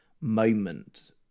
moment